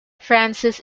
francis